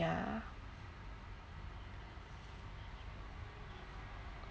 ya